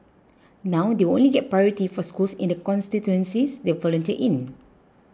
now they will only get priority for schools in the constituencies they volunteer in